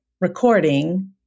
recording